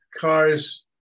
cars